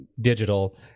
digital